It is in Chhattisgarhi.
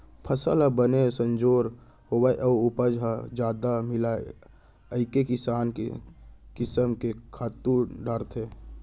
फसल ह बने संजोर होवय अउ उपज ह जादा मिलय कइके किसम किसम के खातू डारथन